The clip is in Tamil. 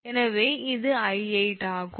எனவே இது 𝑖8 ஆகும்